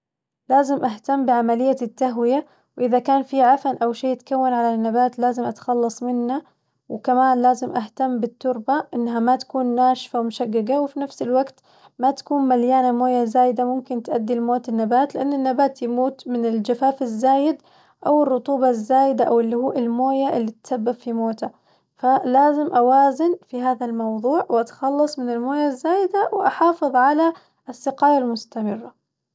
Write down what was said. لازم أهتم بعملية التهوية وإذا كان في عفن أو شي تكون على النبات لازم أتخلص منه، وكمان لازم أهتم بالتربة إنها ما تكون ناشفة ومشققة وفي نفس الوقت ما تكون مليانة موية زايدة ممكن تأدي لموت النبات، لأن النبات يموت من الجفاف الزايد أو الرطوبة الزايدة أو اللي هو الموية اللي تسبب في موته، فلازم أوازن في هذا الموظوع وأتخلص من الموية الزايدة وأحافظ على السقاية المستمرة.